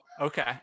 okay